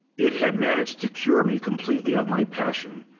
it had managed to cure me completely of my passion.